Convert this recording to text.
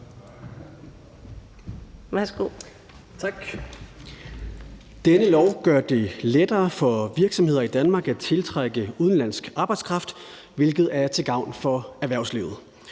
Dette lovforslag gør det lettere for virksomheder i Danmark at tiltrække udenlandsk arbejdskraft, hvilket er til gavn for erhvervslivet.